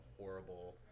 horrible